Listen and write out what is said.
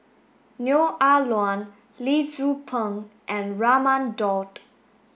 Neo Ah Luan Lee Tzu Pheng and Raman Daud